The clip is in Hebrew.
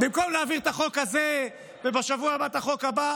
במקום להעביר את החוק הזה ובשבוע הבא את החוק הבא,